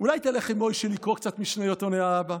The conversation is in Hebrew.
אולי תלך עם מוישה לקרוא קצת משניות, עונה האבא.